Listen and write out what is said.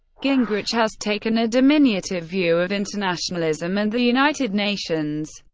gingrich has taken a diminutive view of internationalism and the united nations.